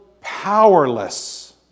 powerless